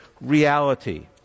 reality